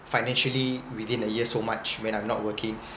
financially within a year so much when I'm not working